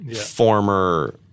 former